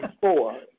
four